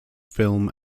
film